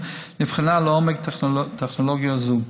נבחנה לעומק טכנולוגיה זו,